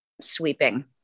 sweeping